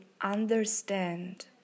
understand